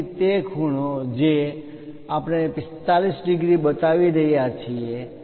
તેથી તે ખૂણો જે આપણે 45 ડિગ્રી બતાવી રહ્યા છીએ